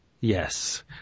Yes